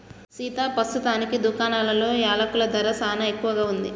సీతా పస్తుతానికి దుకాణాలలో యలకుల ధర సానా ఎక్కువగా ఉంది